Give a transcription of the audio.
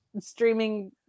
streaming